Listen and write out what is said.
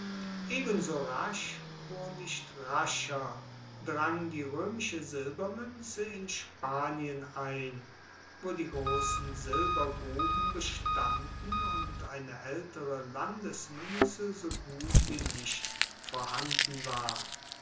ebenso rasch wo nicht noch rascher drang die roemische silbermuenze in spanien ein wo die grossen silbergruben bestanden und eine aeltere landesmuenze so gut wie nicht vorhanden war